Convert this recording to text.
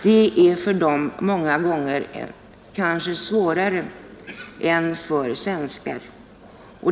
Det är för dem många gånger svårare än för svenskar.